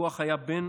הכוח היה בין